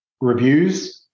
reviews